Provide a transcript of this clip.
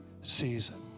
season